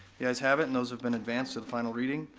the ayes have it and those have been advanced to the final reading.